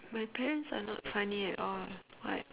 my parents are not funny at all [what]